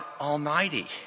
Almighty